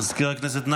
מזכיר הכנסת,